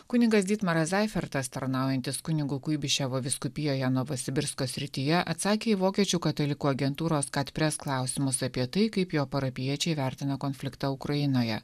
kunigas ditmaras zaifertas tarnaujantis kunigu kuibyševo vyskupijoje novosibirsko srityje atsakė į vokiečių katalikų agentūros katpres klausimus apie tai kaip jo parapijiečiai vertina konfliktą ukrainoje